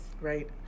Right